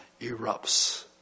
erupts